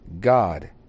God